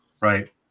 right